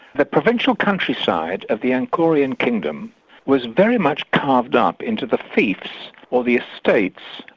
the provincial countryside of the angkorean kingdom was very much carved up into the fiefs, or the estates,